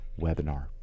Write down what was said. webinar